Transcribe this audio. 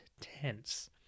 tense